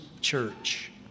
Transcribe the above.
church